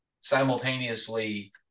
simultaneously